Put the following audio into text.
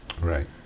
Right